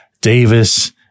Davis